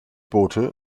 boote